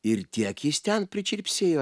ir tie akys ten prie čirpsėjo